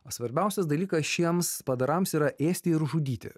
o svarbiausias dalykas šiems padarams yra ėsti ir žudyti